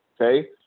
okay